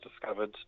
discovered